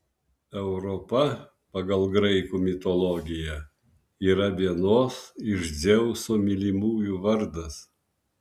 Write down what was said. europa pagal graikų mitologiją yra vienos iš dzeuso mylimųjų vardas